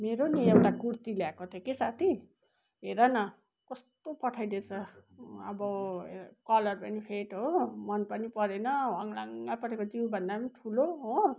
मेरो नि एउटा कुर्ती ल्याएको थिएँ कि साथी हेर न कस्तो पठाइदिएछ अब कलर पनि फेड हो मन पनि परेन ह्वाङलाङ्ग परेको जिउभन्दा ठुलो हो